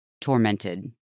Tormented